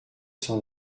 cent